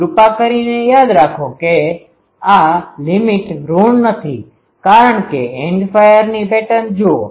કૃપા કરીને યાદ રાખો કે આ લીમીટlimitસીમા ઋણ નથી કારણકે એન્ડ ફાયરની પેટર્ન જુઓ